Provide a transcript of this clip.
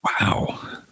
Wow